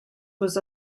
was